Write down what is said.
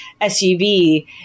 SUV